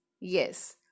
Yes